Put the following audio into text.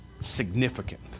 Significant